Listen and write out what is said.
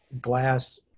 glass